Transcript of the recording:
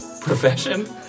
Profession